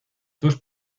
dos